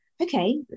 okay